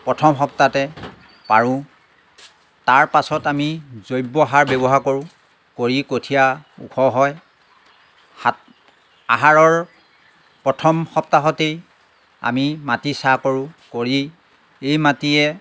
প্ৰথম সপ্তাহতে পাৰোঁ তাৰপাছত আমি জৈৱ সাৰ ব্যৱহাৰ কৰোঁ কৰি কঠীয়া ওখ হয় সাত আহাৰৰ প্ৰথম সপ্তাহতেই আমি মাটি চাহ কৰোঁ কৰি এই মাটিয়ে